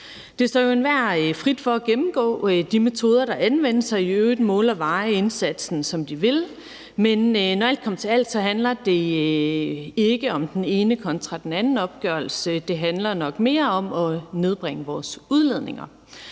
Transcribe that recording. Det står jo enhver frit for at gennemgå de metoder, der anvendes, og i øvrigt måle og veje indsatsen, som de vil. Men når alt kommer til alt, handler det ikke om den ene opgørelse kontra den anden, men det handler nok mere om at nedbringe vores udledninger.